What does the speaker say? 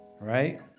right